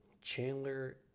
Chandler